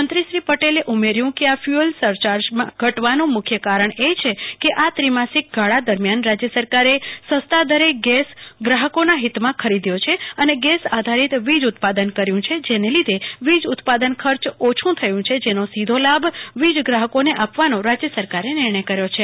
મંત્રીશ્રી પટેલે ઉમેર્યું કે આ ફ્યુબલ સરચાર્જ ઘટવાનું મુખ્ય કારણ એ છે કે આ ત્રિમાસિક ગાળા દરમિયાન રાજ્ય સરકારે સસ્તા દરે ગેસ ગ્રાહકોના હિતમાં ખરીદ્યો છે અને ગેસ આધારિત વીજ ઉત્પાદન કર્યું છે જેને લીધે વીજ ઉત્પાદન ખર્ચ ઓછું થયું છે જેનો સીધો લાભ વીજ ગ્રાહકોને આપવાનો રાજ્ય સરકારે નિર્ણય કર્યો છે